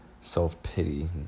self-pity